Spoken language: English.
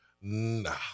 nah